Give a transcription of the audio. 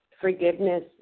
forgiveness